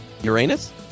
Uranus